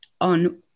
on